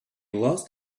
lost